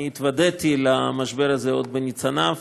אני התוודעתי למשבר הזה עוד בניצניו,